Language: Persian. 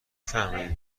فهمیدی